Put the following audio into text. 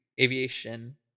aviation